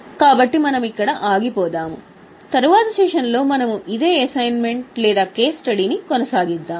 కాబట్టి మనము ఇక్కడ ఆగిపోతాము తరువాతి సెషన్లో మనము ఇదే అసైన్మెంట్ లేదా కేసును కొనసాగిస్తాము